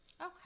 Okay